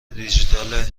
دیجیتال